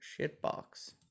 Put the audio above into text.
Shitbox